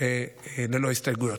ללא הסתייגויות.